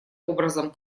образом